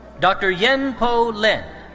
dr. yen-po lin.